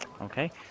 Okay